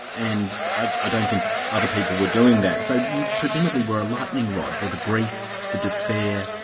and i don't think other people were doing that, so you presumably were a lightning rod for the grief, the despair,